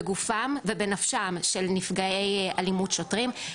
בגופן ובנפשם של נפגעי אלימות שוטרים.